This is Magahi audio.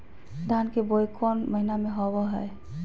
धान की बोई कौन महीना में होबो हाय?